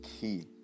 key